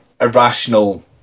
irrational